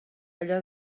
allò